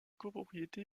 copropriété